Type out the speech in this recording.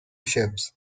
ships